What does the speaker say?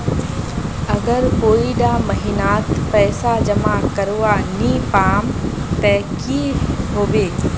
अगर कोई डा महीनात पैसा जमा करवा नी पाम ते की होबे?